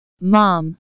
Mom